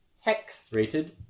hex-rated